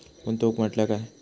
गुंतवणूक म्हटल्या काय?